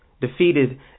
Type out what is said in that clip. Defeated